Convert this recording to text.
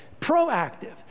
proactive